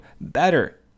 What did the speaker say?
better